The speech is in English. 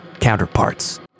counterparts